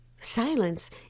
Silence